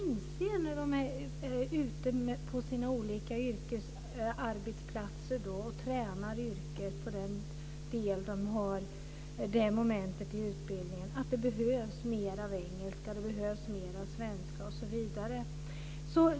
När de är ute på sina olika arbetsplatser och tränar på ett visst moment i utbildningen inser de att det behövs mer kunskaper i engelska, svenska osv.